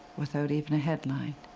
without even a headline.